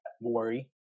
worry